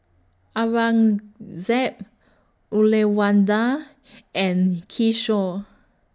Aurangzeb Uyyalawada and Kishore